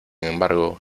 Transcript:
embargo